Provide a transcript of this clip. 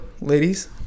ladies